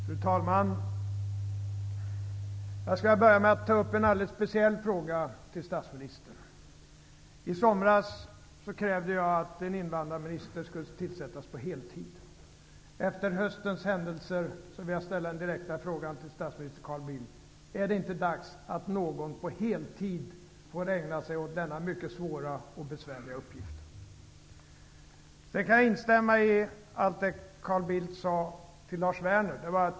Fru talman! Jag skall börja med att rikta en alldeles speciell fråga till statsministern. I somras krävde jag att en invandrarminister skulle tillsättas på heltid. Efter höstens händelser vill jag ställa den direkta frågan till statsminister Carl Bildt: Är det inte dags att någon på heltid får ägna sig åt denna mycket svåra och besvärliga uppgift? Jag kan instämma i allt det Carl Bildt sade till Lars Werner.